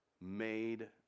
made